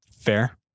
Fair